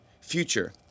Future